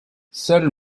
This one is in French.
seul